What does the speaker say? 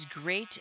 great